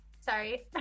Sorry